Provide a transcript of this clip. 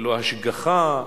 ללא השגחה,